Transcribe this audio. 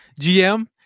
GM